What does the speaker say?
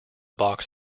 box